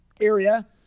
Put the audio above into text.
area